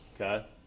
Okay